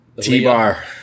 t-bar